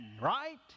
right